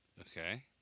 Okay